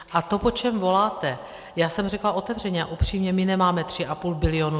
A to, po čem voláte: Já jsem řekla otevřeně a upřímně, my nemáme 3,5 bilionu.